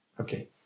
Okay